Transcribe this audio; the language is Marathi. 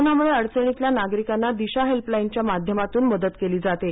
कोरोनामुळे अडचणीतल्या नागरिकांना दिशा हेल्पलाईनच्या माध्यमातून मदत केली जाते